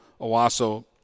Owasso